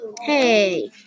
Hey